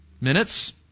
minutes